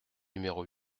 numéro